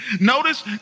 Notice